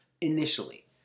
initially